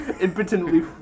impotently